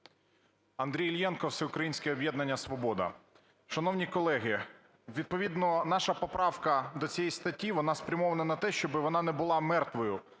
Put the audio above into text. Андрій Іллєнко, "Всеукраїнське об'єднання "Свобода". Шановні колеги, відповідно наша поправка до цієї статті, вона спрямована на те, щоб вона не була мертвою